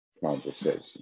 conversation